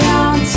on